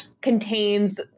contains